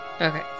Okay